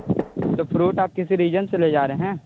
तो फ्रूट आप किसी रीज़न से ले जा रहे हैं